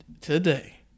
Today